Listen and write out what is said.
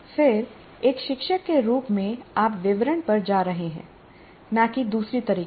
फिर एक शिक्षक के रूप में आप विवरण पर जा रहे हैं न कि दूसरे तरीके से